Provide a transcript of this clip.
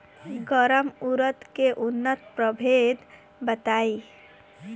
गर्मा उरद के उन्नत प्रभेद बताई?